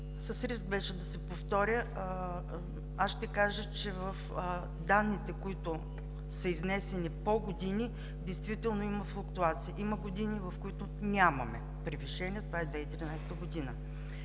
с риск да се повторя ще кажа, че в данните, които са изнесени по години, действително има флуктуации. Има години, в които нямаме превишение – това е 2013 г.